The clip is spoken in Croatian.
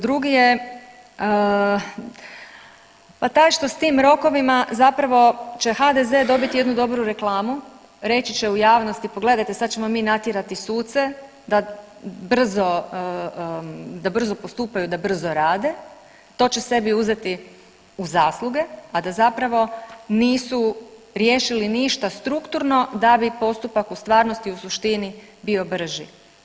Drugi je pa taj što s tim rokovima zapravo će HDZ dobiti jednu dobru reklamu, reći će u javnosti pogledajte sad ćemo mi natjerati suce da brzo, da brzo postupaju, da brzo rade, to će sebi uzeti u zasluge, a da zapravo nisu riješili ništa strukturno da bi postupak u stvarnosti, u suštini bio brži.